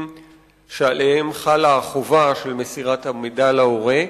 שעליהם חלה החובה של מסירת המידע להורה.